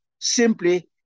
simply